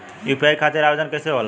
UPI खातिर आवेदन कैसे होला?